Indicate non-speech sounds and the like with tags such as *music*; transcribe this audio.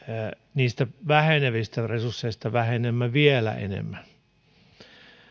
niistä vähenevistä resursseista vähennämme vielä enemmän *unintelligible*